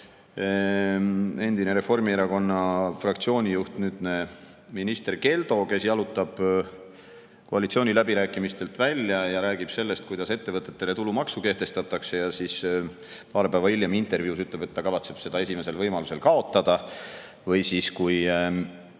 Endine Reformierakonna fraktsiooni juht, nüüdne minister Keldo jalutas koalitsiooniläbirääkimistelt välja ja rääkis sellest, kuidas ettevõtetele tulumaksu kehtestatakse, aga paar päeva hiljem ütles intervjuus, et ta kavatseb selle esimesel võimalusel kaotada. Kui